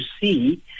see